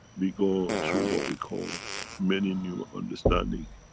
we go through what we call many new understanding,